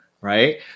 right